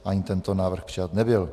Ani tento návrh přijat nebyl.